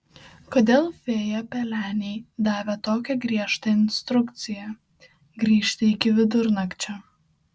kodėl fėja pelenei davė tokią griežtą instrukciją grįžti iki vidurnakčio